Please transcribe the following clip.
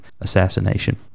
assassination